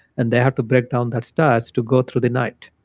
and they have to break down that starch to go through the night,